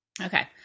Okay